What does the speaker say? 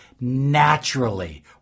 naturally